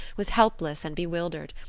was helpless and bewildered,